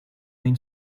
main